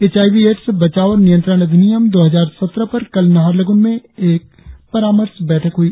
H I V AIDS बचाव और नियंत्रण अधिनियम दो हजार सत्रह पर कल नाहरलगुन में एक परामर्श बैठक हुई